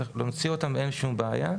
צריך להוציא אותם, ואין שום בעיה.